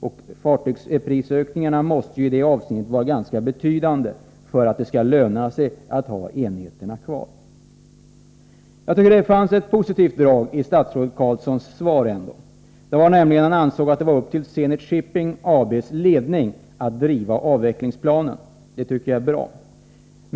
Och fartygsprisökningarna måste vara ganska betydande för att det skall löna sig att ha enheterna kvar. Det fanns ändå ett positivt drag i statsrådet Carlssons svar, nämligen att han ansåg att det var upp till Zenit Shipping AB:s ledning att driva avvecklingsplanen. Det tycker jag är bra.